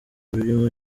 birimo